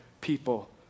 people